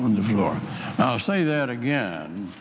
on the floor now say that again